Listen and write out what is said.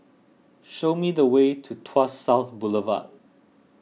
show me the way to Tuas South Boulevard